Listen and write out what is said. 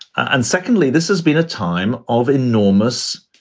and secondly, this has been a time of enormous.